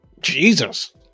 Jesus